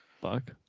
fuck